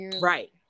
right